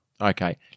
Okay